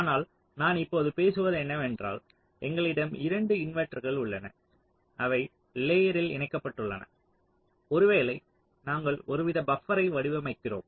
ஆனால் நான் இப்போது பேசுவது என்னவென்றால் எங்களிடம் 2 இன்வெர்ட்டர்கள் உள்ளன அவை லேயர்ரில் இணைக்கப்பட்டுள்ளன ஒருவேளை நாங்கள் ஒருவித பப்பர்ரை வடிவமைக்கிறோம்